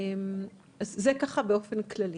זה ככה באופן כללי.